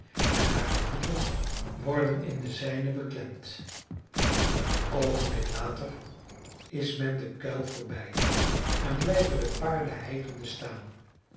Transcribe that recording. en hare voeten worden in de zijnen beklemd een oogenblik later is men den kuil voorbij en blijven de paarden hijgende staan